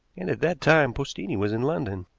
and at that time postini was in london.